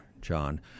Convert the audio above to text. John